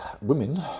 women